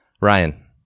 Ryan